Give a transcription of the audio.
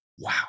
wow